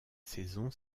saison